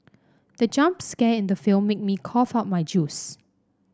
the jump scare in the film made me cough out my juice